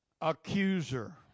Accuser